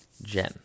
Gem